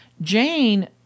Jane